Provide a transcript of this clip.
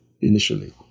initially